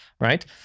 right